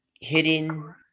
hitting